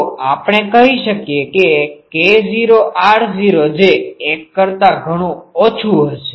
તો આપણે કહી શકીએ કે k0 r0 જે 1 કરતા ઘણું ઓછું હશે